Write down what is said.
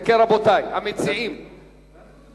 אם כן, רבותי המציעים, אתם,